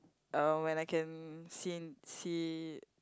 uh when I can seen see it